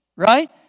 Right